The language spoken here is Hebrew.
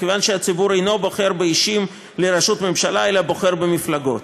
מכיוון שהציבור אינו בוחר באישים לראשות ממשלה אלא בוחר במפלגות.